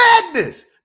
madness